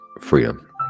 freedom